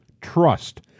trust